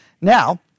Now